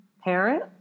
parent